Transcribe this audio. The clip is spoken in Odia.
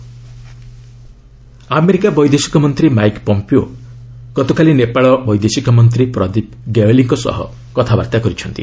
ୟୁଏସ୍ ନେପାଳ ମିଟିଂ ଆମେରିକା ବୈଦେଶିକ ମନ୍ତ୍ରୀ ମାଇକ୍ ପମ୍ପିଓ ଗତକାଲି ନେପାଳର ବୈଦେଶିକ ମନ୍ତ୍ରୀ ପ୍ରଦୀପ ଗ୍ୟାଓ୍ୱାଲିଙ୍କ ସହ କଥାବାର୍ତ୍ତା କରିଛନ୍ତି